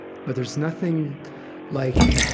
but there's nothing like